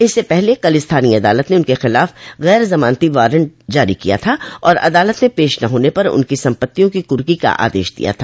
इससे पहले कल स्थानीय अदालत ने उनके खिलाफ गैर जमानती वारंट जारी किया था और अदालत में पेश न होने पर उनकी सम्पत्तियों की कुर्की का आदेश दिया था